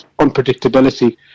unpredictability